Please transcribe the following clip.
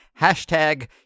Hashtag